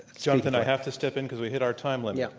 jonathan, i have to step in because we hit our time limit. yeah.